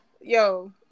yo